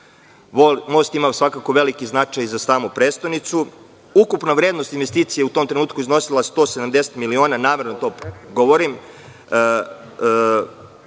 Most ima svakako veliki značaj za prestonicu. Ukupna vrednost investicije u tom trenutku iznosila je 170 miliona. Namerno to govorim.